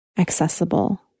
accessible